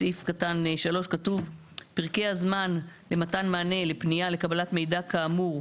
בסעיף קטן (3) כתוב "פרקי הזמן למתן מענה לפנייה לקבלת מידע כאמור,